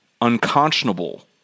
unconscionable